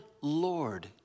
Lord